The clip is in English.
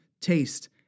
taste